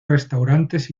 restaurantes